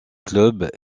club